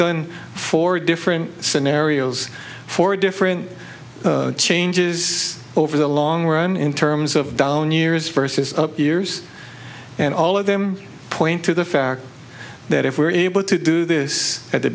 done for different scenarios for different changes over the long run in terms of down years versus up years and all of them point to the fact that if we are able to do this at the